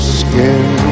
skin